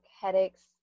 headaches